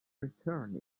return